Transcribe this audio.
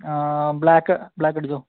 ആ ബ്ലാക്ക് ബ്ലാക്കടിച്ചോ